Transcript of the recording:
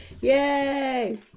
Yay